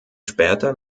später